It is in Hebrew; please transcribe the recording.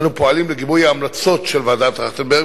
אנו פועלים לגיבוי ההמלצות של ועדת-טרכטנברג